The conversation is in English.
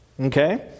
okay